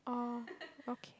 oh okay